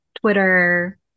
Twitter